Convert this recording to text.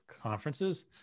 conferences